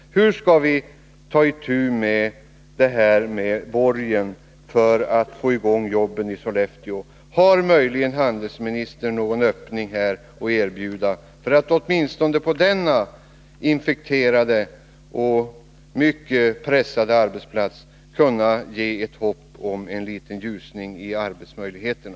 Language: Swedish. Hur skall vi ta itu med problemen när det gäller borgen för att få i gång jobben i Sollefteå? Ser handelsministern möjligen någon öppning? Har handelsministern någonting att erbjuda för att åtminstone på denna infekterade och mycket pressade arbetsplats kunna ge ett hopp om en liten ljusning när det gäller arbetsmöjligheterna?